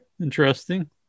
Interesting